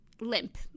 Limp